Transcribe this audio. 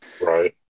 right